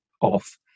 off